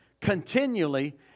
continually